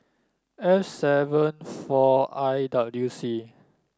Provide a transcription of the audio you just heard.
F seven four I W C